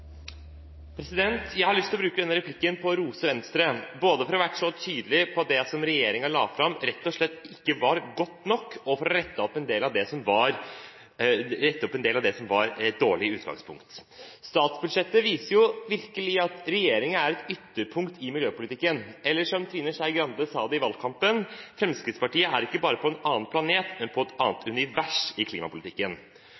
Jeg har lyst til å bruke denne replikken til å rose Venstre, både for å ha vært så tydelige på at det regjeringen la fram, rett og slett ikke var godt nok, og for å ha rettet opp en del av det som var et dårlig utgangspunkt. Statsbudsjettet viser virkelig at regjeringen er et ytterpunkt i miljøpolitikken, eller som Trine Skei Grande sa det i valgkampen: Fremskrittspartiet er ikke bare på en annen planet, men i et